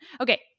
Okay